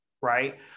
right